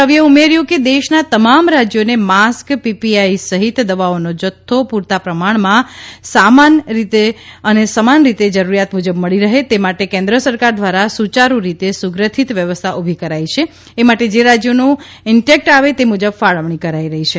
રવિએ ઉમેર્યું કે દેશના તમામ રાજ્યોને માસ્ક પીપીઇ સહિત દવાઓનો જથ્થો પ્રરતા પ્રમાણમાં સમાન રીતે જરૂરિયાત મુજબ મળી રહે તે માટે કેન્દ્ર સરકાર દ્વારા સુયારૂ રીતે સુગ્રથિત વ્યવસ્થા ઉભી કરાઇ છે એ માટે જે રાજ્યોનું ઇન્ટેક્ટ આવે એ મુજબ ફાળવણી કરાઇ રહી છે